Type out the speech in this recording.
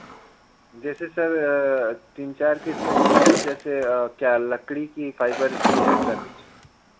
जैसे सर तीन चार किस्म की मतलब जैसे क्या लकड़ी की फाइबर की ऐसा कुछ